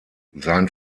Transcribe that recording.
sein